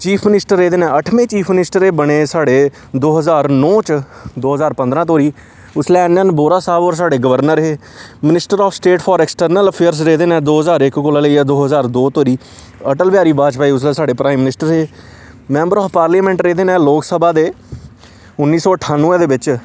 chief minister रेह्दे न अठमें चीफ मिनिस्टर हे बने साढ़े दो ज्हार नौ च दो ज्हार पंदरां धोड़ी उसलै एन एन बोह्रा साह्ब होर साढ़े गवर्नर हे minister of state for external affairs रेह्दे न दो ज्हार इक कोला लेइयै दो ज्हार दो धोड़ी अटल बिहारी बाजपेई उसलै साढ़े प्राइमनिस्टर हे मैंबर ऑफ पार्लियमेंट रेह्दे न लोक सभा दे उन्नी सौ ठानुऐ दे बिच्च